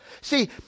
See